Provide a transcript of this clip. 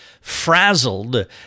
frazzled